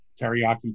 teriyaki